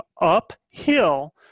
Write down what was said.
uphill